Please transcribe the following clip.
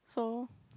so